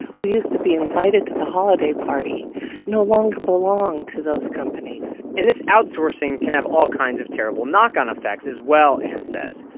who used to be invited to the holiday party no longer belong to those companies and this outsourcing can have all kinds of terrible knock-on effects as well, anne says.